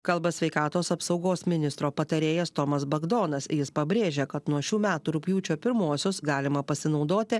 kalba sveikatos apsaugos ministro patarėjas tomas bagdonas jis pabrėžia kad nuo šių metų rugpjūčio pirmosios galima pasinaudoti